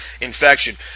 infection